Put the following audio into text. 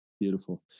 beautiful